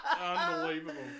unbelievable